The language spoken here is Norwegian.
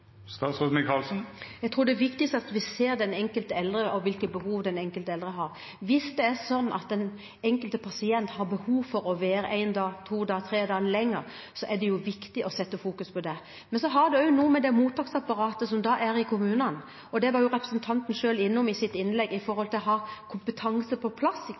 Jeg tror det viktigste er at vi ser den enkelte eldre og hvilke behov vedkommende har. Hvis den enkelte pasient har behov for å være én, to eller tre dager lenger, er det viktig å fokusere på det. Men det har også noe med mottaksapparatet i kommunene å gjøre. Representanten Kjerkol var selv, i sitt innlegg, innom det å ha kompetanse på plass